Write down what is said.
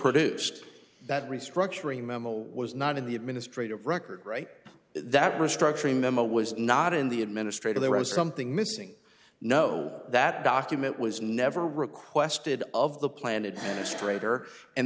oduced that restructuring memo was not in the administrative record right that restructuring memo was not in the administrator there as something missing no that document was never requested of the plan it straighter and